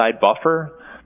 buffer